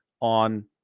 on